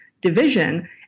division